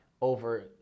over